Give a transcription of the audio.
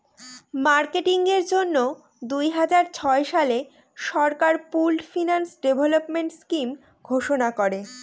marketing এর জন্য দুই হাজার ছয় সালে সরকার পুল্ড ফিন্যান্স ডেভেলপমেন্ট স্কিম ঘোষণা করে